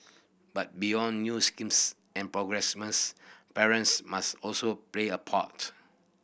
but beyond new schemes and parents must also play a part